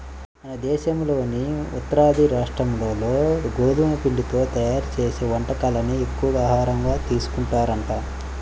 మన దేశంలోని ఉత్తరాది రాష్ట్రాల్లో గోధుమ పిండితో తయ్యారు చేసే వంటకాలనే ఎక్కువగా ఆహారంగా తీసుకుంటారంట